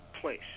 place